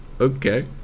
Okay